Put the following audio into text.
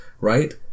right